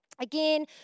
Again